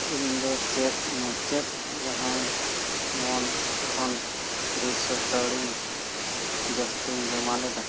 ᱤᱧᱫᱚ ᱪᱮᱫ ᱢᱩᱪᱟᱹᱫ ᱡᱟᱦᱟᱸᱭ ᱢᱚᱱᱛᱷ ᱠᱷᱚᱱ ᱫᱩ ᱥᱚ ᱠᱟᱹᱣᱰᱤᱧ ᱡᱟᱹᱥᱛᱤᱧ ᱡᱚᱢᱟ ᱞᱮᱫᱟ